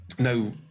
no